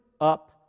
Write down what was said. up